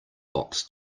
box